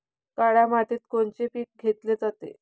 काळ्या मातीत कोनचे पिकं घेतले जाते?